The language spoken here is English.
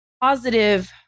positive